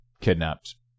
kidnapped